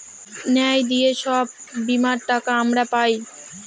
ন্যায় দিয়ে সব বীমার টাকা আমরা পায়